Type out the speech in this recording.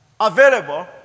available